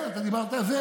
כן, אתה דיברת על זה.